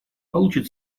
получит